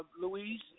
Louise